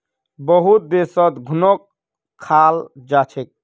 बहुत देशत घुनक खाल जा छेक